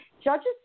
Judges